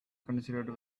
concerned